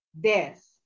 death